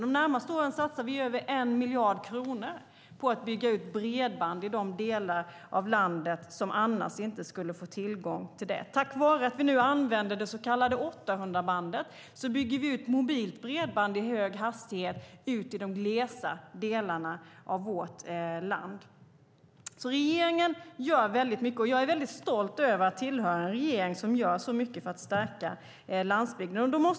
Under de närmaste åren satsar vi över 1 miljard kronor på att bygga ut bredband i de delar av landet som annars inte skulle få tillgång till det. Tack vare att vi nu använder det så kallade 800-bandet bygger vi ut mobilt bredband med hög hastighet i de glesa delarna av vårt land. Regeringen gör alltså mycket, och jag är mycket stolt över att tillhöra en regering som gör så mycket för att stärka landsbygden.